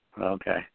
Okay